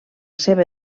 seva